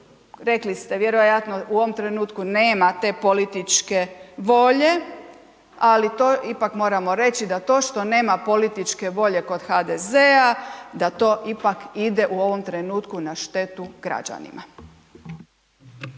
rekli ste vjerojatno u ovom trenutku nema te političke volje, ali to ipak moramo reći, da to što nema političke volje kod HDZ-a da to ipak ide u ovom trenutku na štetu građanima.